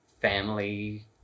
family